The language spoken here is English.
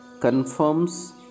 confirms